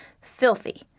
filthy